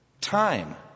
Time